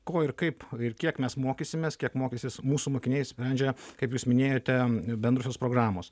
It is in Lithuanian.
ko ir kaip ir kiek mes mokysimės kiek mokysis mūsų mokiniai sprendžia kaip jūs minėjote bendrosios programos